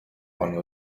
one